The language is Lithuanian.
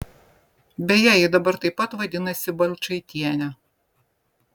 beje ji dabar taip pat vadinasi balčaitiene